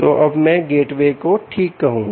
तो अब मैं गेटवे को ठीक कहूँगा